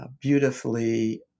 beautifully